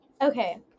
Okay